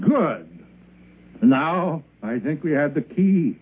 good now i think we had the key